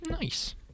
Nice